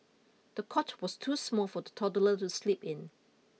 the cot was too small for the toddler to sleep in